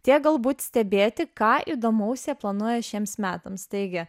tiek galbūt stebėti ką įdomaus jie planuoja šiems metams taigi